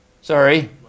sorry